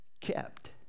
kept